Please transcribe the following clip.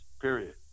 period